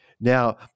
Now